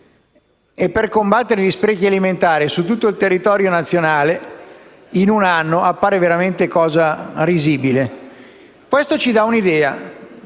e per combattere gli sprechi alimentari su tutto il territorio nazionale in un anno, appare veramente cosa risibile. Questo dà un'idea